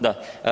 Da.